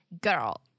girl